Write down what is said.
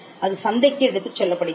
அது சந்தைக்கு எடுத்துச் செல்லப்படுகிறது